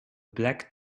black